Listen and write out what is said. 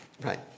Right